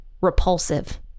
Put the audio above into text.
repulsive